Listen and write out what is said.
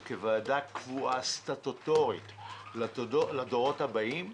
כוועדה קבועה סטטוטורית לדורות הבאים,